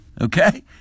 okay